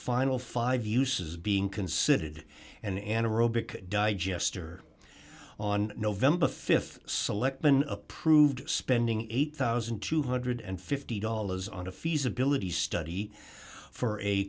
final five uses being considered an anaerobic digester on november th selectmen approved spending eight thousand two hundred and fifty dollars on a feasibility study for a